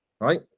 right